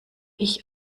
ich